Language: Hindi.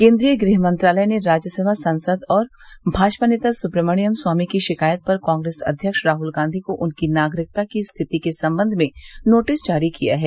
केन्द्रीय गृह मंत्रालय ने राज्यसभा सांसद और भाजपा नेता सुब्रमण्यम स्वामी की शिकायत पर कांग्रेस अध्यक्ष राहल गांधी को उनकी नागरिकता की स्थिति के संबंध में नोटिस जारी किया है